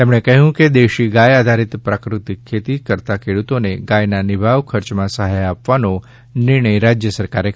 તેમણે કહ્યું કે દેશી ગાય આધારીત પ્રાકૃતિક ખેતી કરતા ખેડૂતોને ગાયના નિભાવ ખર્ચમાં સહાય આપવાનો નિર્ણય રાજ્ય સરકારે કર્યો છે